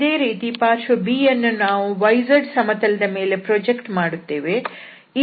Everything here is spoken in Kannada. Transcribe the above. ಇದೇ ರೀತಿ ಪಾರ್ಶ್ವ B ಯನ್ನು ನಾವು yz ಸಮತಲದ ಮೇಲೆ ಪ್ರಾಜೆಕ್ಟ್ ಮಾಡುತ್ತೇವೆ